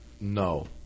No